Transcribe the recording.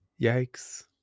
Yikes